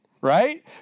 right